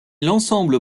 l’ensemble